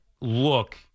look